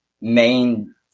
main